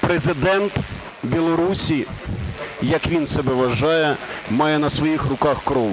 Президент Білорусі, як він себе вважає, має на своїх руках кров.